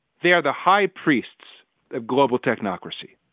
they are the high priests of global technocracy.